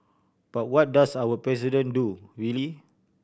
but what does our President do really